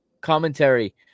commentary